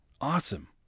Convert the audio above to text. awesome